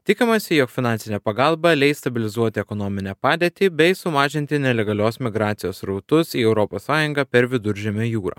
tikimasi jog finansinė pagalba leis stabilizuoti ekonominę padėtį bei sumažinti nelegalios migracijos srautus į europos sąjungą per viduržemio jūrą